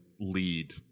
lead